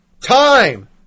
Time